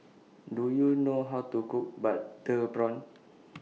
Do YOU know How to Cook Butter Prawn